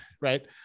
Right